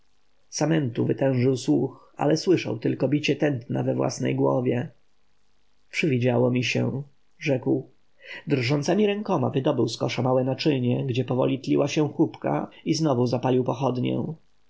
samentu wytężył słuch ale słyszał tylko bicie tętna we własnej głowie przywidziało mi się rzekł drżącemi rękoma wydobył z kosza małe naczynie gdzie powoli tliła się hubka i znowu zapalił pochodnię